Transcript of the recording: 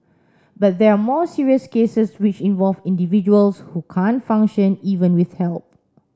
but there are more serious cases which involve individuals who can't function even with help